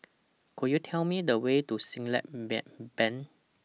Could YOU Tell Me The Way to Siglap Bank